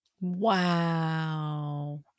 Wow